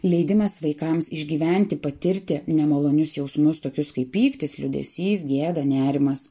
leidimas vaikams išgyventi patirti nemalonius jausmus tokius kaip pyktis liūdesys gėda nerimas